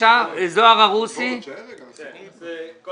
כפי שציין קודם